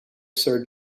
sir